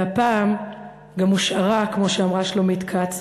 והפעם גם הושארה, כמו שאמרה שלומית כץ,